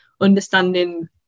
understanding